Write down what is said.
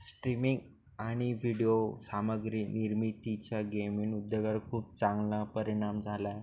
streaming आणि video सामग्री निर्मितीचा गेमिंग उद्योगावर खूप चांगला परिणाम झालाय